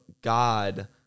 God